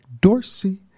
Dorsey